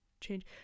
change